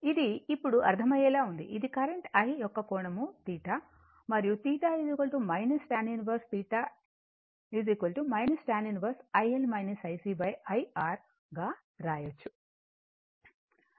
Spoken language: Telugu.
ఇది ఇప్పుడు అర్థమయ్యేలా ఉంది ఇది కరెంట్ I యొక్క కోణం θ మరియు θ tan 1 iL iC iR గా రాయొచ్చు